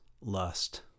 lust